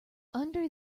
under